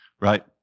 Right